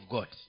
God